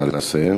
נא לסיים.